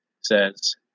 says